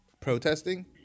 protesting